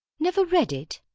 never read it!